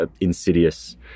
insidious